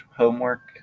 homework